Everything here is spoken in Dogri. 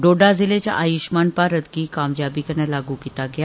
डोडा जिले च आयुष्मान भारत गी कामयाबी कन्नै लागू कीता गेआ